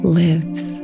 lives